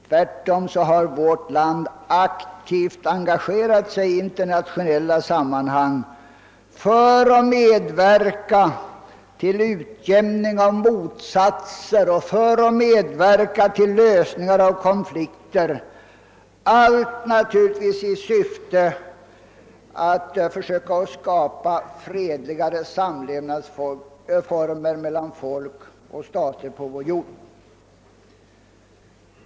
Tvärtom har vårt land aktivt engagerat sig i internationella sammanhang för att medverka till utjämning av motsättningar och bidra till lösningar av konflikter — allt naturligtvis i syfte att försöka skapa fredligare former för samlevnaden mellan folk och stater på vår jord.